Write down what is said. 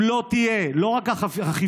אם לא תהיה לא רק אכיפה,